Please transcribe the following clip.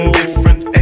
different